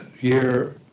year